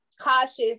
cautious